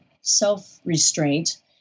self-restraint